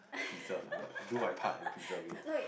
pizza find what do my part in pizza wing